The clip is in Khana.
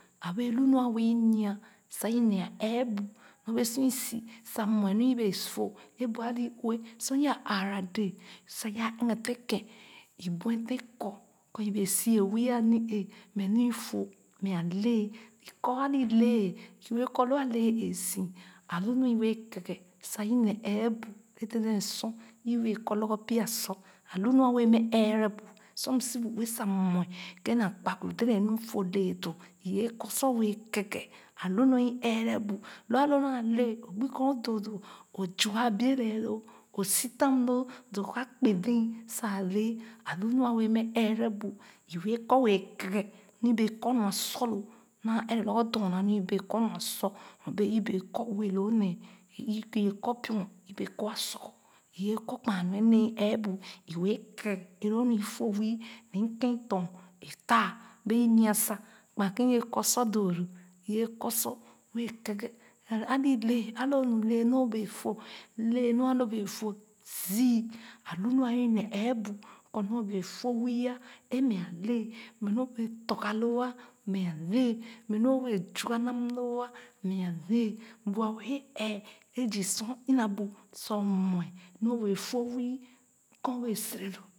M wee ne nee pya nwii a lu nua ɛrɛ bu pya nee kɔ m parra gba nu ee lo nua su mɛ loo samɛ nya sa bu mɛ ɛɛ kɔ m gbaa nu leele mɛ tam o bee siue mɛ m parra nor sa nuen nee pya dorna nee sa lu loo ba dee nu tema loo a niee alu na nu ɛɛbu sa m sor ma gba nu a dèdèn sor nɔɔbee i kpugi ba mɛ doo mɛ a nya mɛ sa mɛ su loo nɔɔ bee m sitan loo tugah loo a kpemɛ loo a kpemɛ loo sor maa dee loo kpugi a doo kɔ gba nu nya mɛ kaana kaana pya nee a ya lo nu ale kaki ale beh loh ale turakèn behloh maa gba dèdèn eeh sa ba ya sa ɛghe bu ba aa ya kunna tɔ̃ Bani ya kuma kerekera kèn ee ba ɛrɛ doowa nu sa a lu nu a mɛ ɛrɛ bu lo gba nu su mɛ loo m wɛɛ fo naghe nu m wɛɛ fo a kpakpuru i wɛɛ m bee zii sor yaa wɔ loo nam sa sa dee a teria loo sa ee ka gah nor i kpagii dèdèn ɛɛ sa tere nia bu sa ɔp sa kwa kennekèn ue lɛɛ le sor yaa kwa kén nekèn ue lɛɛle i buetèn sen kpagin kèn leh i si wɛɛ doo a kpo akpakpuru i kpar i kpar i kpar sere kèn ue ii bueten dɔ kèn sen dɔ bana kɛp akpakpuru ̣.